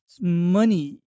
money